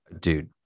Dude